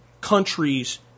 countries